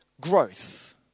growth